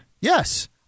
Yes